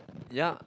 ya